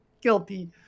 guilty